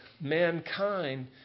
mankind